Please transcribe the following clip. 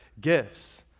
gifts